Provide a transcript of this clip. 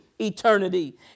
eternity